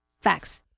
facts